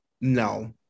No